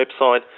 website